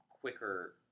quicker